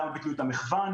למה ביטלו את המחוון,